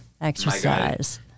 exercise